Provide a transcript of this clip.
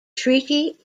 treaty